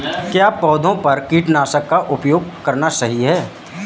क्या पौधों पर कीटनाशक का उपयोग करना सही है?